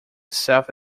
self